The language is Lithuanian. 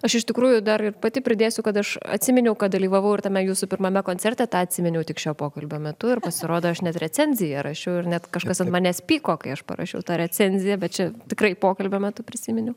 aš iš tikrųjų dar ir pati pridėsiu kad aš atsiminiau kad dalyvavau ir tame jūsų pirmame koncerte tą atsiminiau tik šio pokalbio metu ir pasirodo aš net recenziją rašiau ir net kažkas ant manęs pyko kai aš parašiau tą recenziją bet čia tikrai pokalbio metu prisiminiau